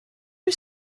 you